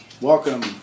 Welcome